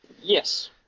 yes